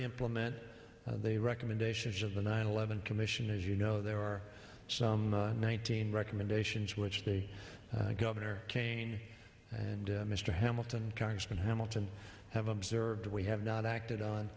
implement the recommendations of the nine eleven commission as you know there are some nineteen recommendations which the governor kaine and mr hamilton and congressman hamilton have observed we have not acted on